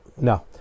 No